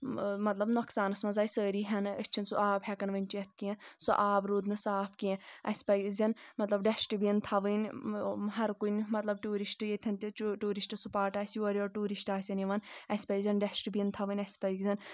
مطلب نۄقصانَس منٛز آے سٲری ہؠنہٕ أسۍ چھِنہٕ سُہ آب ہؠکان وۄنۍ چٮ۪تھ کینٛہہ سُہ آب روٗد نہٕ صاف کینٛہہ اَسہِ پَزَن مطلب ڈشٹ بیٖن تھاوٕنۍ ہر کُنہِ مطلب ٹیوٗرِشٹ ییٚتھؠن تہِ ٹیوٗرِسٹ سٕپَاٹ آسہِ یورٕ یور ٹوٗرِسٹ آسَن یِوان اسہِ پزَن ڈَشٹ بیٖن تھاوٕنۍ اسہِ پزَن